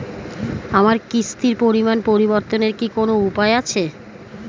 আমার কিস্তির পরিমাণ পরিবর্তনের কি কোনো উপায় আছে?